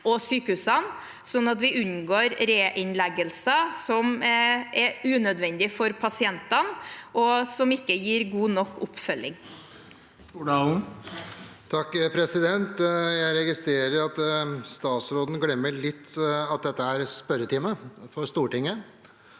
og sykehusene, sånn at vi unngår reinnleggelser som er unødvendige for pasientene, og som ikke gir god nok oppfølging.